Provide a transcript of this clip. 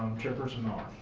chairperson um